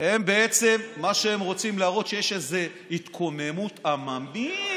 מה שהם רוצים להראות, שיש איזה התקוממות עממית.